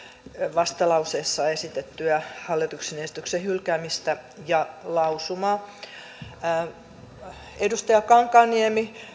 vastalauseessa esitettyä hallituksen esityksen hylkäämistä ja lausumaa edustaja kankaanniemi